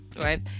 right